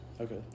Okay